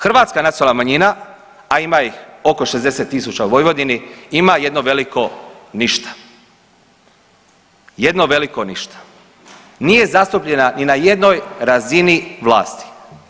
Hrvatska nacionalna manjina, a ima ih oko 60 tisuća u Vojvodini, ima jedno veliko ništa, jedno veliko ništa, nije zastupljena ni na jednoj razini vlasti.